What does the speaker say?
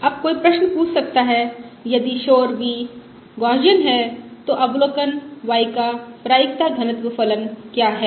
अब कोई प्रश्न पूछ सकता है यदि शोर v गौसियन है तो अवलोकन y का प्रायिकता घनत्व फलन क्या है